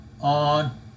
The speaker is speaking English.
on